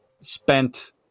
spent